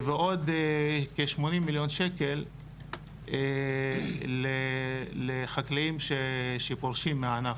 ועוד כ-80 מיליון שקלים לחקלאים שפורשים מהענף,